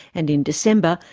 and in december,